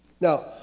Now